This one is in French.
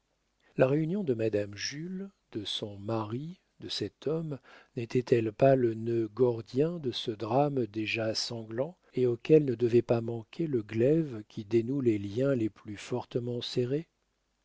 la réunion de madame jules de son mari de cet homme n'était-elle pas le nœud gordien de ce drame déjà sanglant et auquel ne devait pas manquer le glaive qui dénoue les liens les plus fortement serrés